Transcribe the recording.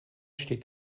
steht